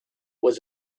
was